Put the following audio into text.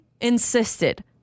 insisted